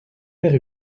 père